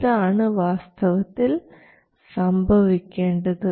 ഇതാണ് വാസ്തവത്തിൽ സംഭവിക്കേണ്ടത്